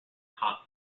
caught